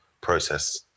process